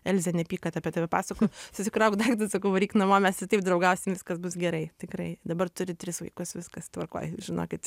elze nepyk kad apie tave pasako susikrauk daiktus sakau varyk namo mes ir taip draugausim viskas bus gerai tikrai dabar turi tris vaikus viskas tvarkoj žinokit